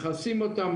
מכסים אותה,